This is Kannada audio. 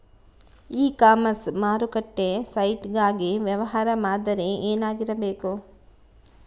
ಇ ಕಾಮರ್ಸ್ ಮಾರುಕಟ್ಟೆ ಸೈಟ್ ಗಾಗಿ ವ್ಯವಹಾರ ಮಾದರಿ ಏನಾಗಿರಬೇಕು?